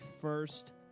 first